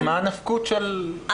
אז מה הרלבנטיות של הבדל אז?